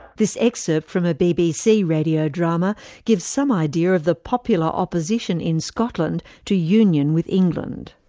this excerpt from a bbc radio drama gives some idea of the popular opposition in scotland to union with england.